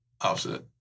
offset